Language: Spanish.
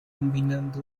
combinando